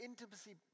intimacy